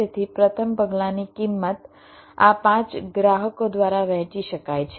તેથી પ્રથમ પગલાંની કિંમત આ પાંચ ગ્રાહકો દ્વારા વહેંચી શકાય છે